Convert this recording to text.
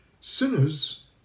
sinners